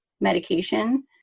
medication